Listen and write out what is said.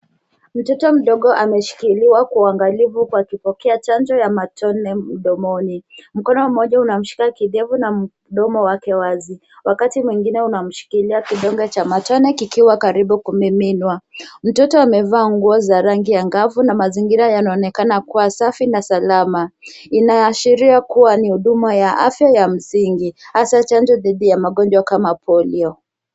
Mtoto mdogo ameshikiliwa kwa uangalivu kwa kupokea chanjo ya matone mdomoni. Mkono mmoja unamshika kidevu na mdomo wake wazi, wakati mwingine unashikilia kidonge cha matone kikiwa karibu kumiminwa. Mtoto amevaa nguo za rangi angavu na mazingira yanaonekana kuwa safi na salama. Inaashiria kuwa ni huduma ya afya ya msingi, hasa chanjo dhidi ya magonjwa kama polio.